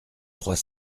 trois